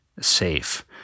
safe